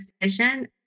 decision